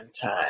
time